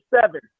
seven